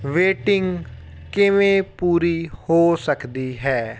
waiting ਕਿਵੇਂ ਪੂਰੀ ਹੋ ਸਕਦੀ ਹੈ